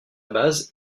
base